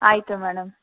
ಆಯಿತು ಮೇಡಮ್